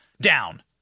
down